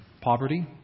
Poverty